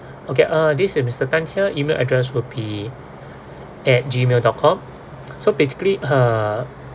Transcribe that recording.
okay uh this is mister tan here email address would be at gmail dot com so basically uh